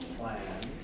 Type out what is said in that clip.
plan